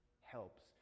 helps